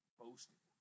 boasting